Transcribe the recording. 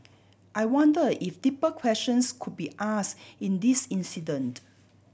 I wonder if deeper questions could be asked in this incident